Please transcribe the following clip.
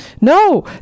No